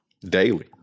Daily